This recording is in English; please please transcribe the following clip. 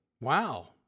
Wow